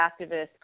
activists